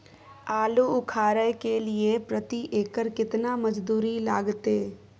आलू उखारय के लिये प्रति एकर केतना मजदूरी लागते?